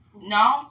No